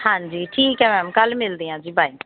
ਹਾਂਜੀ ਠੀਕ ਹੈ ਮੈਮ ਕੱਲ੍ਹ ਮਿਲਦੇ ਹਾਂ ਜੀ ਬਾਏ